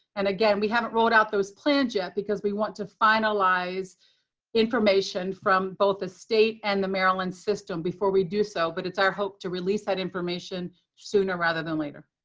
and again, we haven't rolled out those plans yet, because we want to finalize information from both the state and the maryland system before we do so. but it's our hope to release that information sooner rather than later.